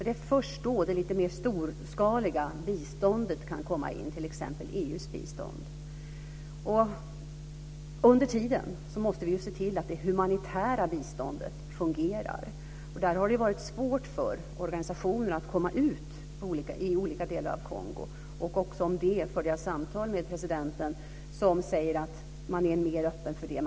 Det är först då som det lite mer storskaliga biståndet kan komma in, t.ex. EU:s bistånd. Under tiden måste vi se till att det humanitära biståndet fungerar. Det har varit svårt för organisationer att komma ut i olika delar av Kongo. Också om detta förde jag samtal med presidenten, som säger att man nu är mer öppen för det.